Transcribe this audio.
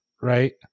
Right